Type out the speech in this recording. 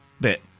bit